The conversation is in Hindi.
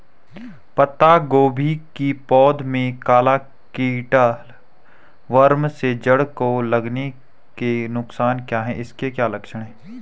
पत्ता गोभी की पौध में काला कीट कट वार्म के जड़ में लगने के नुकसान क्या हैं इसके क्या लक्षण हैं?